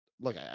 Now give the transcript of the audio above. look